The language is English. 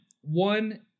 one